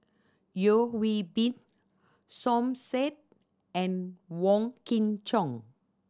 Yeo Hwee Bin Som Said and Wong Kin Jong